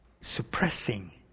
suppressing